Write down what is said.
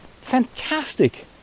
fantastic